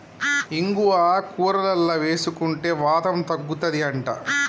ఇంగువ కూరలల్ల వేసుకుంటే వాతం తగ్గుతది అంట